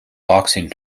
boxing